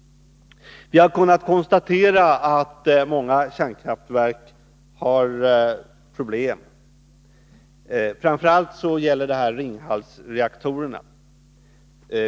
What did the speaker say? Vi har kunnat konstatera att många kärnkraftverk har problem, och framför allt gäller det Ringhalsreaktorerna.